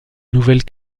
nouvelle